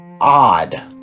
odd